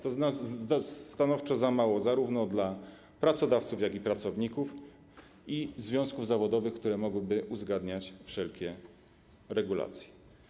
To stanowczo za mało zarówno dla pracodawców, jak i pracowników, i związków zawodowych, które mogłyby uzgadniać wszelkie regulacje.